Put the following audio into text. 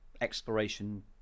exploration